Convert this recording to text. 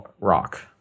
Rock